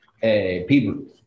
people